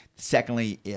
Secondly